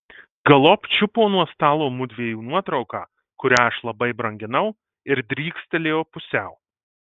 galop čiupo nuo stalo mudviejų nuotrauką kurią aš labai branginau ir drykstelėjo pusiau